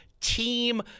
team